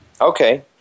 Okay